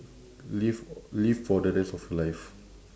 live live for the rest of life